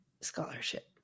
scholarship